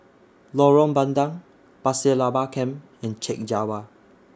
Lorong Bandang Pasir Laba Camp and Chek Jawa